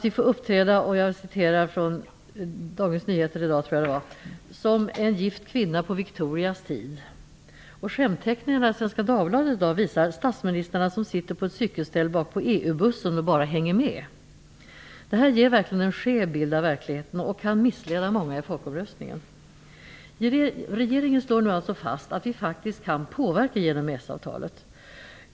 Vi får uppträda som en gift kvinna på Viktorias tid, som det står i Dagens Nyheter. Skämtteckningen i Svenska Dagbladet i dag visar statsministrarna som sitter på ett cykelställ bakpå EU-bussen och bara hänger med. Det här ger verkligen en skev bild av verkligheten och kan missleda många i folkomröstningen. Regeringen slår nu alltså nu fast att vi faktiskt kan påverka genom EES-avtalet.